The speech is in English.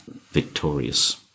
victorious